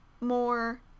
more